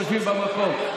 יושבים במקום.